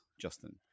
Justin